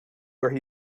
where